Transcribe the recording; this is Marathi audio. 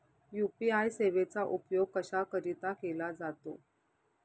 यू.पी.आय सेवेचा उपयोग कशाकरीता केला जातो?